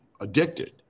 addicted